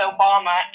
Obama